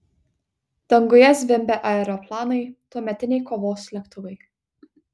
danguje zvimbė aeroplanai tuometiniai kovos lėktuvai